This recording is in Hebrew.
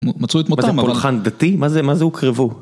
מצאו את מותם אבל... זה פולחן דתי? מה זה? מה זה הוקרבו?